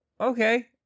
Okay